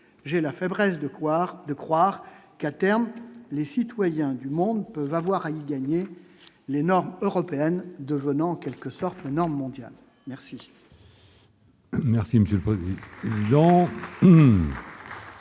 de croire, de croire qu'à terme les citoyens du monde peuvent avoir à y gagner, les normes européennes de devenant en quelque sorte, norme mondiale merci.